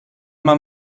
man